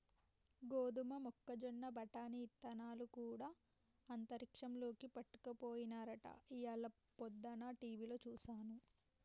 గోదమ మొక్కజొన్న బఠానీ ఇత్తనాలు గూడా అంతరిక్షంలోకి పట్టుకపోయినారట ఇయ్యాల పొద్దన టీవిలో సూసాను